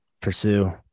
pursue